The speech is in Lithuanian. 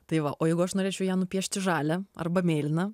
tai va o jeigu aš norėčiau ją nupiešti žalią arba mėlyną